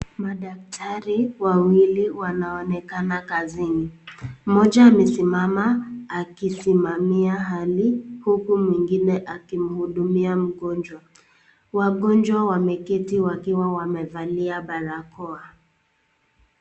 Madktari wawili wanaonekana kazini, mmoja amesimama akisimamia hali huku mwingine akimhudumia mgonjwa, wagonjwa wameketi wakiwa wamevalia barakoa.